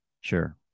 Sure